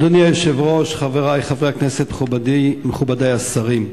אדוני היושב-ראש, חברי חברי הכנסת, מכובדי השרים,